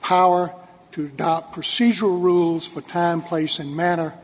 power to dot procedural rules for time place and manner